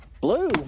Blue